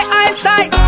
eyesight